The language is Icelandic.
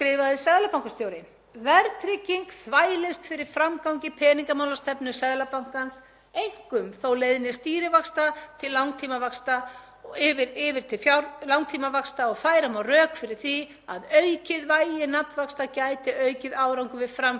yfir til langtímavaxta og færa má rök fyrir því að aukið vægi nafnvaxta gæti aukið árangur við framfylgd verðbólgumarkmiðs og skapað heilbrigðari miðlun peningamálastefnunnar í litlu opnu hagkerfi eins og hinu íslenska.“ Í ljósi